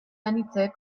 anitzek